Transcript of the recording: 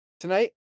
Tonight